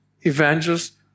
evangelists